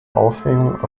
aufhängung